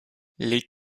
les